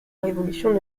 révolution